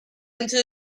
into